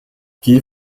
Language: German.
geh